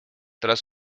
tras